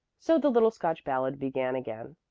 so the little scotch ballad began again.